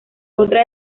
otra